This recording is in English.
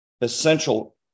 essential